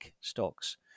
stocks